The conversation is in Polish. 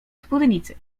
spódnicy